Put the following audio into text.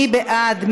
מי בעד?